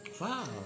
Wow